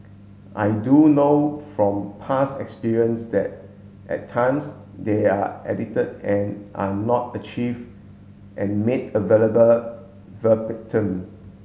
I do know from past experience that at times they are edited and are not achieved and made available verbatim